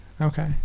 Okay